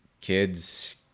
kids